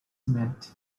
meant